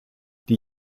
die